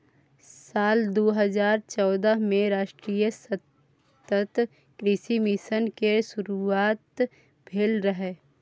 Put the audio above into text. साल दू हजार चौदह मे राष्ट्रीय सतत कृषि मिशन केर शुरुआत भेल रहै